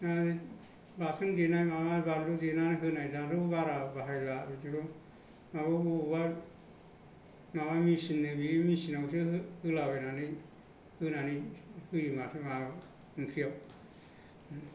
बाथोन देनाय माबा बानलु देनायावबो दाना बारा बाहायला बिदिखौ माबाखौ वाल माबा मेसिननो बेयो मेसिनजोंसो होलाबायनानै होनानै होयो माथो ओंखाम ओंख्रियाव